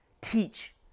teach